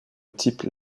type